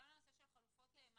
גם לנושא של חלופות המעצר.